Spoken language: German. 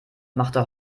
machte